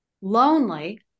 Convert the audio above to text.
lonely